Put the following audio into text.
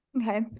Okay